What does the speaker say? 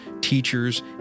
teachers